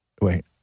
Wait